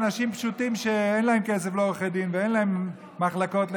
אנשים פשוטים שאין להם כסף לעורכי דין ואין להם מחלקות של